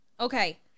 Okay